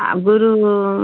ଆଗରୁ